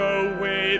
away